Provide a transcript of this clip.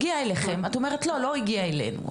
את אומרת "לא, לא הגיע אלינו".